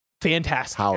fantastic